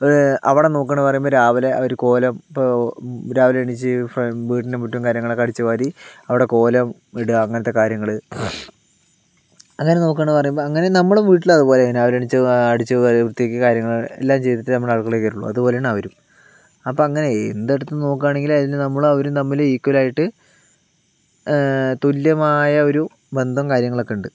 അവിടെ നോക്കുകയാണെന്ന് പറയുമ്പോൾ രാവിലേ അവരു കോലം ഇപ്പോൾ രാവിലെ എണീച്ചു വീടിന്റെ മുറ്റവും കാര്യങ്ങളൊക്കെ അടിച്ചു വാരി അവിടെ കോലം ഇടുക അങ്ങനത്തെ കാര്യങ്ങള് അങ്ങനെ നോക്കുകയാണ് പറയുമ്പോൾ അങ്ങനെ നമ്മളും വീട്ടില് അതുപോലെയാണ് രാവിലെ എണീച്ചു അടിച്ചുവാരി വൃത്തിയാക്കി കാര്യങ്ങളും എല്ലാം ചെയ്തിട്ടേ നമ്മള് അടുക്കളയിൽ കയറുകയുള്ളൂ അതുപോലെയാണ് അവരും അപ്പോൾ അങ്ങനെ എന്ത് എടുത്ത് നോക്കുകയാണെങ്കിലും അതിന് നമ്മളും അവരും തമ്മില് ഈക്വലായിട്ട് തുല്യമായ ഒരു ബന്ധം കാര്യങ്ങളൊക്കെയുണ്ട്